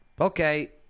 okay